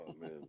man